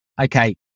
Okay